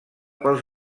pels